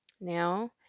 now